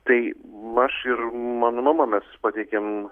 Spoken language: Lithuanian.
tai aš ir mano mama mes pateikėm